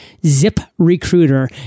ZipRecruiter